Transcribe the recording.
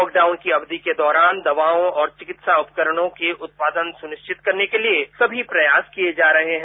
lockdown की अवधि के दौरान दवाओं और चिकित्सा उपकरणों के उत्पादन सुनिश्चित करने के लिए समी प्रयास किये जा रहे है